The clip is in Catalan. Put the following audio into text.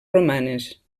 romanes